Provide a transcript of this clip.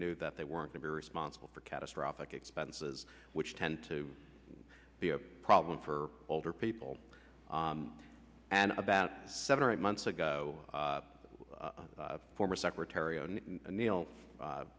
knew that they weren't to be responsible for catastrophic expenses which tend to be a problem for older people and about seven or eight months ago former secretary o'neil